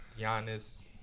Giannis